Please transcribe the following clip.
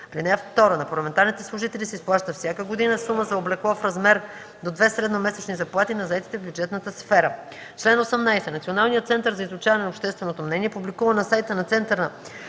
от 10. (2) На парламентарните служители се изплаща всяка година сума за облекло в размер до две средномесечни заплати на заетите в бюджетната сфера. Чл. 18. Националният център за изучаване на общественото мнение публикува на сайта на центъра на